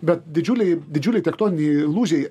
bet didžiuliai didžiuliai tektoniniai lūžiai